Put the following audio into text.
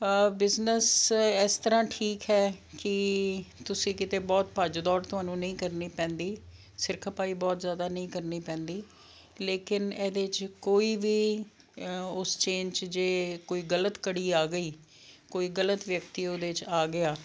business ਇਸ ਤਰ੍ਹਾਂ ਠੀਕ ਹੈ ਕਿ ਤੁਸੀਂ ਕਿਤੇ ਬਹੁਤ ਭੱਜ ਦੌੜ ਤੁਹਾਨੂੰ ਨਹੀਂ ਕਰਨੀ ਪੈਂਦੀ ਸਿਰ ਖਪਾਈ ਬਹੁਤ ਜ਼ਿਆਦਾ ਨਹੀਂ ਕਰਨੀ ਪੈਂਦੀ ਲੇਕਿਨ ਇਹਦੇ 'ਚ ਕੋਈ ਵੀ ਉਸ ਚੇਨ 'ਚ ਜੇ ਕੋਈ ਗਲਤ ਕੜੀ ਆ ਗਈ ਕੋਈ ਗਲਤ ਵਿਅਕਤੀ ਉਹਦੇ 'ਚ ਆ ਗਿਆ